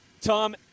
Tom